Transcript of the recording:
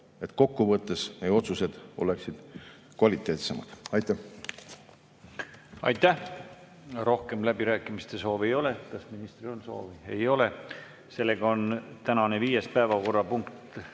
et kokkuvõttes meie otsused oleksid kvaliteetsemad. Aitäh! Aitäh! Rohkem läbirääkimiste soovi ei ole. Kas ministril on soovi? Ei ole. Sellega on tänane viies päevakorrapunkt